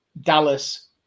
Dallas